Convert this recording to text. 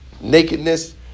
nakedness